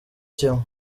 kimwe